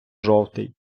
жовтий